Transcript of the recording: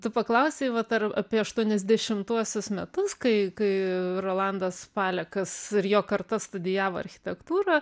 tu paklausei vat ar apie aštuoniasdešimtuosius metus kai kai rolandas palekas ir jo karta studijavo architektūrą